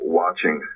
watching